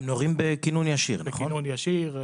הם נורים בכינון ישיר,